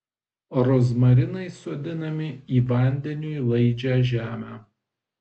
rozmarinai sodinami į vandeniui laidžią žemę